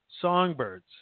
songbirds